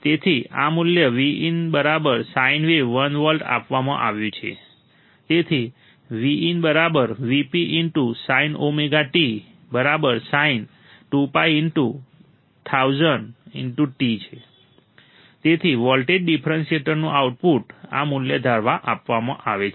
તેથી આ મૂલ્ય Vin સાઈન વેવ 1 વોલ્ટ આપવામાં આવ્યું છે તેથી VinVpsin t sint તેથી વોલ્ટેજ ડિફરન્શિએટરનું આઉટપુટ આ મૂલ્ય દ્વારા આપવામાં આવે છે